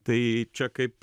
tai čia kaip